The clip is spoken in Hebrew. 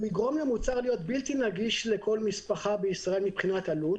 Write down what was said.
זה יגרום למוצר להיות בלתי נגיש לכל משפחה בישראל מבחינת עלות.